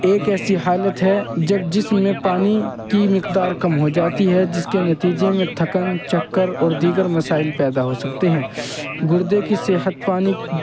ایک ایسی حالت ہے جب جسم میں پانی کی مقدار کم ہو جاتی ہے جس کے نتیجے میں تھکن چکر اور دیگر مسائل پیدا ہو سکتے ہیں گردے کی صحت پانی